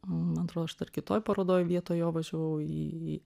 mat atro aš dar kitoj parodoj vietoj jo važiavau į į